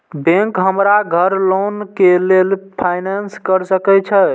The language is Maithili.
बैंक हमरा घर लोन के लेल फाईनांस कर सके छे?